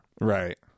Right